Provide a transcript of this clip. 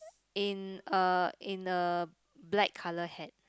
in a in a black colour hat